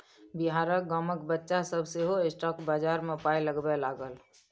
बिहारक गामक बच्चा सभ सेहो स्टॉक बजार मे पाय लगबै लागल